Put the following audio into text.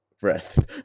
breath